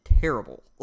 terrible